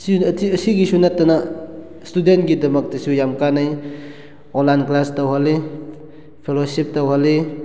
ꯁꯤꯒꯤꯁꯨ ꯅꯠꯇꯅ ꯏꯁꯇꯨꯗꯦꯟꯒꯤꯗꯃꯛꯇꯁꯨ ꯌꯥꯝ ꯀꯥꯟꯅꯩ ꯑꯣꯟꯂꯥꯏꯟ ꯀ꯭ꯂꯥꯁ ꯇꯧꯍꯜꯂꯤ ꯐꯣꯂꯣꯁꯤꯞ ꯇꯧꯍꯜꯂꯤ